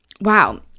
wow